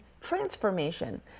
transformation